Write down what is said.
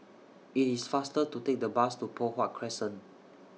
IT IS faster to Take The Bus to Poh Huat Crescent